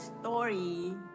story